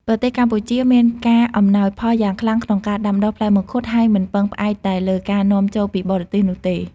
ប្រទេសកម្ពុជាមានការអំណោយផលយ៉ាងខ្លាំងក្នុងការដាំដុះផ្លែមង្ឃុត ហើយមិនពឹងផ្អែកតែលើការនាំចូលពីបរទេសនោះទេ។